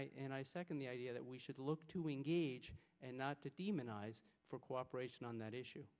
i and i second the idea that we should look to engage not to demonize for cooperation on that issue